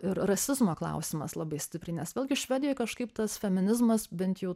ir rasizmo klausimas labai stipriai nes vėlgi švedijoj kažkaip tas feminizmas bent jau